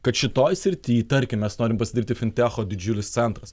kad šitoj srity tarkim mes norim pasidaryti fintecho didžiulis centras